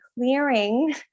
clearing